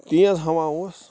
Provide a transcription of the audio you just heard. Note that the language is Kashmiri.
تیز ہوا اوس